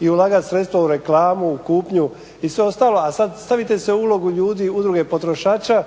i ulagati sredstva u reklamu, u kupnju i sve ostalo. A sad stavite se u ulogu ljudi Udruge potrošača